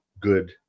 good